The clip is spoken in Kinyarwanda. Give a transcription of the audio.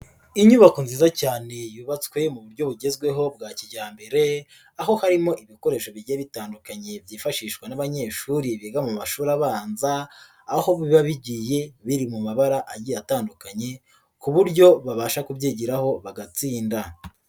Inyubako nziza cyane yubatswe mu buryo bugezweho bwa kijyambere, aho harimo ibikoresho bijya bitandukanye byifashishwa n'abanyeshuri biga mu mashuri abanza, aho biba bigiye biri mu mabara agiye atandukanye ku buryo babasha kubyigiraho bagatsinda.